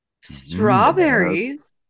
Strawberries